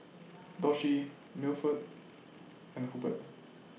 Doshie Milford and Hubert